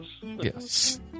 Yes